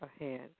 ahead